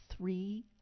three